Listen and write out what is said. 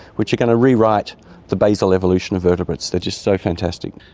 which are going to rewrite the basal evolution of vertebrates, they're just so fantastic.